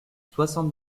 soixante